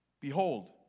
behold